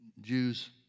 Jews